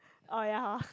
oh ya hor